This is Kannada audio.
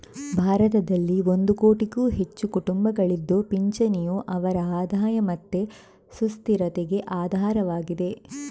ಭಾರತದಲ್ಲಿ ಒಂದು ಕೋಟಿಗೂ ಹೆಚ್ಚು ಕುಟುಂಬಗಳಿದ್ದು ಪಿಂಚಣಿಯು ಅವರ ಆದಾಯ ಮತ್ತೆ ಸುಸ್ಥಿರತೆಗೆ ಆಧಾರವಾಗಿದೆ